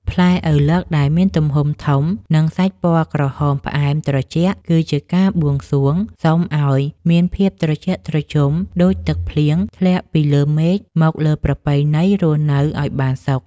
ផ្លែឪឡឹកដែលមានទំហំធំនិងសាច់ពណ៌ក្រហមផ្អែមត្រជាក់គឺជាការបួងសួងសុំឱ្យមានភាពត្រជាក់ត្រជុំដូចទឹកភ្លៀងធ្លាក់ពីលើមេឃមកលើប្រពៃណីរស់នៅឱ្យបានសុខ។